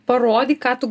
parodyk ką tu